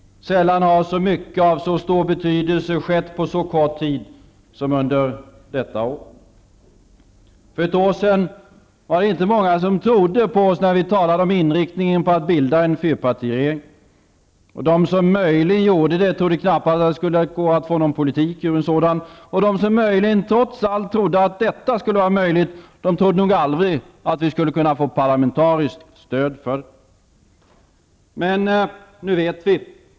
Sällan har så mycket av så stor betydelse skett på så kort tid som under detta år. För ett år sedan var det inte många som trodde på oss när vi talade om inriktningen på att bilda en fyrpartiregering. De som möjligen gjorde det trodde knappast att det skulle gå att få någon politik ur en sådan. De som möjligen trots allt trodde att detta skulle vara möjligt, trodde nog aldrig att vi skulle kunna få parlamentariskt stöd för den. Men nu vet vi.